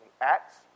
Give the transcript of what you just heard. Acts